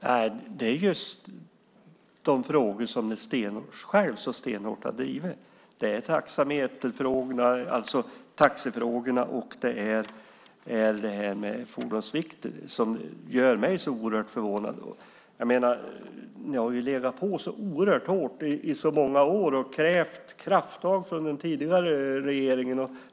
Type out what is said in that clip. Fru talman! Det är just de frågor som ni själva så stenhårt har drivit. Det är taxameterfrågorna, taxifrågorna, och det är fordonsvikter. Det är det som gör mig så oerhört förvånad. Ni har ju legat på så oerhört hårt i så många år och krävt krafttag från den tidigare regeringen.